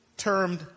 termed